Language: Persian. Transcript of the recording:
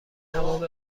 تمام